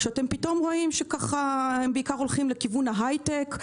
שפתאום רואים שהולכים לכיוון ההייטק,